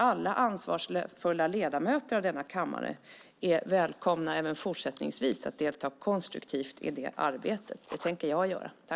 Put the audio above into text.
Alla ansvarsfulla ledamöter av denna kammare är välkomna även fortsättningsvis att delta konstruktivt i detta arbete. Det tänker jag göra.